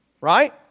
Right